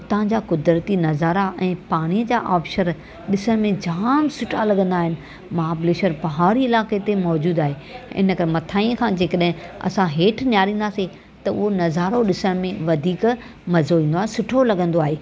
उतां जा क़ुदिरती नज़ारा ऐं पाणी जा ऑपशर ॾिसणु में जामु सुठा लॻंदा आहिनि महाबलेश्वर पहाड़ी इलाइक़े ते मौजूदु आहे इन जे मथां इहा जे कॾहिं असां हेठि निहारींदासीं त उहो नज़ारो ॾिसण में वधीक मज़ो ईंदो आहे सुठो लॻंदो आहे ऐं